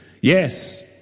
Yes